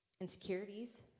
Insecurities